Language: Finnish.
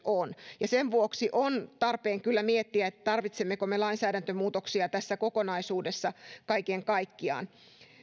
ovat ja sen vuoksi on tarpeen kyllä miettiä tarvitsemmeko me lainsäädäntömuutoksia tässä kokonaisuudessa kaiken kaikkiaan